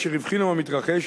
אשר הבחינו במתרחש,